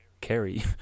Carrie